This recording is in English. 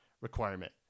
requirement